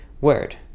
word